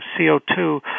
CO2